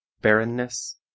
barrenness